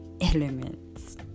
elements